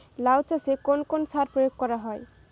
লাউ চাষে কোন কোন সার প্রয়োগ করা হয়?